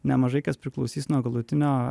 nemažai kas priklausys nuo galutinio